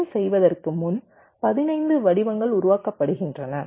மீண்டும் செய்வதற்கு முன் 15 வடிவங்கள் உருவாக்கப்படுகின்றன